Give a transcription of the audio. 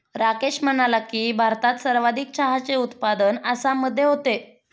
राकेश म्हणाला की, भारतात सर्वाधिक चहाचे उत्पादन आसाममध्ये होते